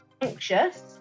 anxious